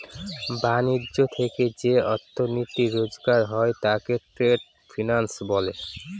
ব্যাণিজ্য থেকে যে অর্থনীতি রোজগার হয় তাকে ট্রেড ফিন্যান্স বলে